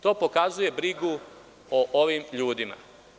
To pokazuje brigu o ovim ljudima.